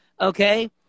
okay